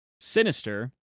Sinister